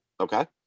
Okay